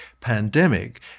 pandemic